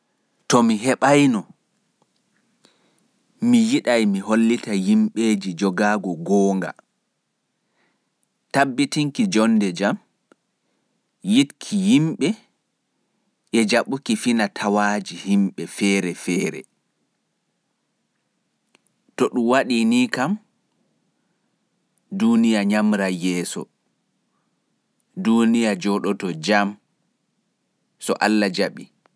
To mi heɓayno, mi yiɗay mi hollita yimɓeeji jogaago goonga, tabbitinki joonnde jam, yiɗki yimɓe, e jaɓuki fina-tawaaji yimɓe feere-feere. To ɗum waɗii nii kam, duuniya nyaamray yeeso, duuniya jooɗoto jam, so Allah jaɓii.